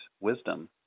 wisdom